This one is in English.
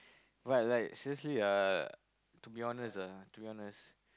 but like seriously ah to be honest ah to be honest